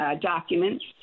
documents